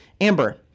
Amber